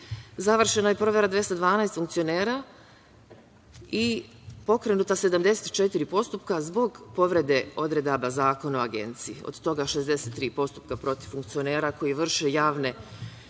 je provera 212 funkcionera i pokrenuta su 74 postupka zbog povreda odredbi Zakona o Agenciji. Od toga, 63 postupka protiv funkcionera koji vrše javne